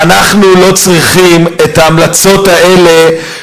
ואנחנו לא צריכים את ההמלצות האלה,